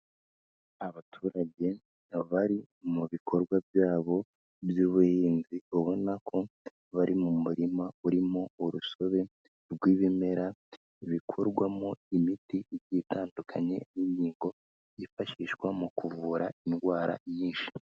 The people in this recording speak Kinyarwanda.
Abaturage bari mu bikorwa byabo by'ubuhinzi, ubona ko bari mu murima urimo urusobe rw'ibimera, bikorwamo imiti igiye itandukanye n'inkingo byifashishwa mu kuvura indwara nyinshi.